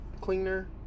cleaner